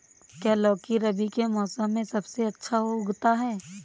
क्या लौकी रबी के मौसम में सबसे अच्छा उगता है?